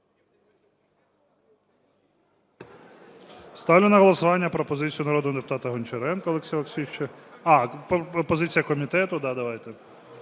Ставлю на голосування пропозицію народного депутата Гончаренка Олексія Олексійовича. Позиція комітету, да, давайте.